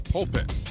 Pulpit